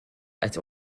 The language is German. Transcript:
als